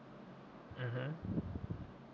mmhmm